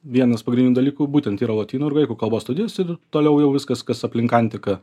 vienas pagrindinių dalykų būtent yra lotynų ir graikų kalbos studijos ir toliau jau viskas kas aplink antiką